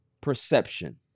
Perception